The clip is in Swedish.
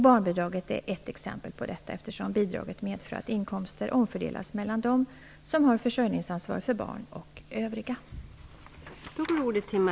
Barnbidraget är ett exempel på detta, eftersom bidraget medför att inkomster omfördelas mellan dem som har försörjningsansvar för barn och övriga.